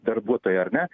darbuotojui ar ne